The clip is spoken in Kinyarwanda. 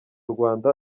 rwanda